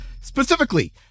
Specifically